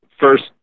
first